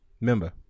Remember